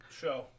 show